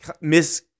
Miss